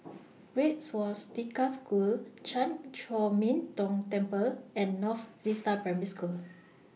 Red Swastika School Chan Chor Min Tong Temple and North Vista Primary School